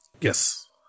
yes